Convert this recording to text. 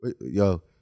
yo